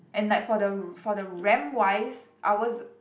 and like for the for the ramp wise ours